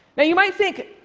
now you might think,